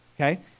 okay